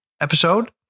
episode